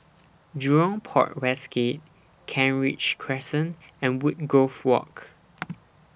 Jurong Port West Gate Kent Ridge Crescent and Woodgrove Walk